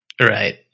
Right